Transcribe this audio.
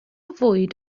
fwyd